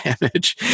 damage